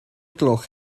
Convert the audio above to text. gloch